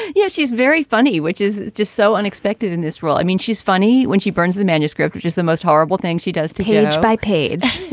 yes. she's very funny, which is just so unexpected in this role. i mean, she's funny when she burns the manuscript, which is the most horrible thing she does to him. by page.